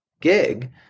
gig